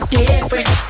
different